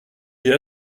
j’ai